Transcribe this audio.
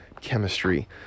chemistry